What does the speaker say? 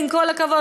עם כל הכבוד,